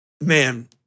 man